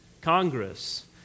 Congress